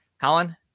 Colin